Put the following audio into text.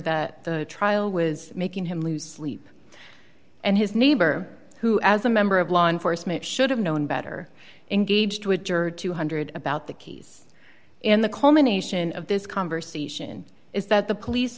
that the trial was making him lose sleep and his neighbor who as a member of law enforcement should have known better engaged to a juror two hundred about the case in the culmination of this conversation is that the police